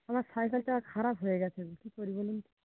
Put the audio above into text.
আমার সাইকেলটা খারাপ হয়ে গিয়েছে আমি কী করি বলুন তো